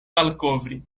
malkovri